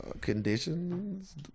conditions